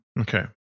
Okay